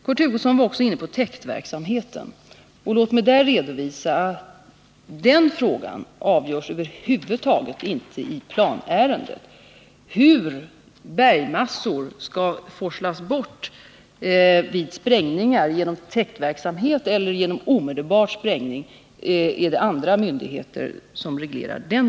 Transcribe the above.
Kurt Hugosson var också inne på täktverksamheten, men den frågan avgörs över huvud taget inte i planärendet. Hur bergmassor skall forslas bort vid sprängningar genom täktverksamhet eller genom omedelbar sprängning fattar andra myndigheter beslut om.